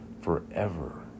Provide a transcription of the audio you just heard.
forever